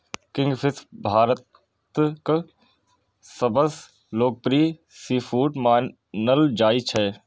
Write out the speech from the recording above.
kingfish भारतक सबसं लोकप्रिय सीफूड मानल जाइ छै